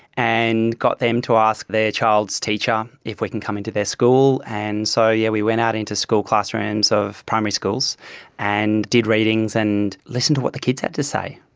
and got them to ask their child's teacher um if we can come into their school, and so yeah we went out into school classrooms of primary schools and did readings and listened to what the kids had to say.